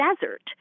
desert